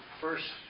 first